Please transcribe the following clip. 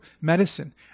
medicine